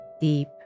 deep